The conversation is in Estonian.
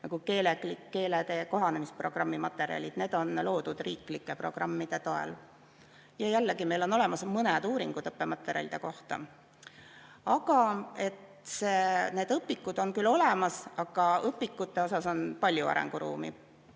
Keeletee, kohanemisprogrammi materjalid. Need on loodud riiklike programmide toel. Ja jällegi, meil on olemas mõned uuringud õppematerjalide kohta. Need õpikud on küll olemas, aga õpikute osas on palju arenguruumi.